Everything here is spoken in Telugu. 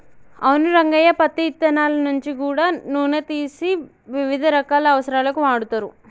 అవును రంగయ్య పత్తి ఇత్తనాల నుంచి గూడా నూనె తీసి వివిధ రకాల అవసరాలకు వాడుతరు